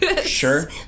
Sure